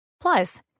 Plus